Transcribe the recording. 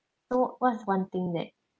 so what's one thing that